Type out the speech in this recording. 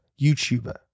YouTuber